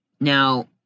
Now